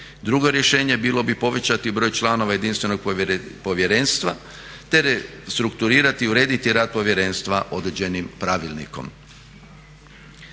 Drugo rješenje bilo bi povećati broj članova jedinstvenog povjerenstva te strukturirati i urediti rad povjerenstva određenim pravilnikom.